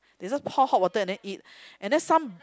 they just pour hot water and then eat and then some